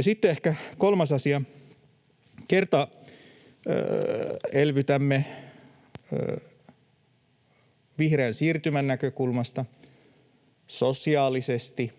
sitten ehkä kolmas asia: Kun kerta elvytämme vihreän siirtymän näkökulmasta, sosiaalisesti,